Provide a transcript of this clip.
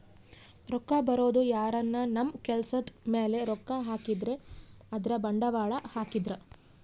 ರೊಕ್ಕ ಬರೋದು ಯಾರನ ನಮ್ ಕೆಲ್ಸದ್ ಮೇಲೆ ರೊಕ್ಕ ಹಾಕಿದ್ರೆ ಅಂದ್ರ ಬಂಡವಾಳ ಹಾಕಿದ್ರ